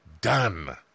done